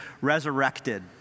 resurrected